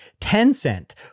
Tencent